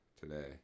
today